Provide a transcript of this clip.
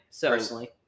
personally